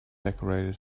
decorated